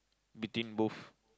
between both